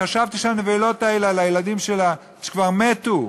חשבתי שהנבלות האלה, על הילדים שלה, כבר מתו.